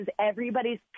everybody's